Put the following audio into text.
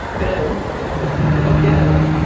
then again,